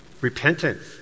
Repentance